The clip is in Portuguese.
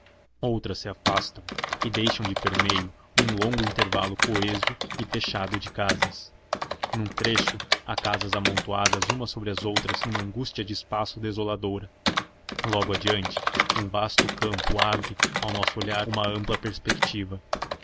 outras se afastam e deixam de permeio um longo intervalo coeso e fechado de casas num trecho há casas amontoadas umas sobre outras numa angústia de espaço desoladora logo adiante um vasto campo abre ao nosso olhar uma ampla perspectiva